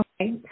Okay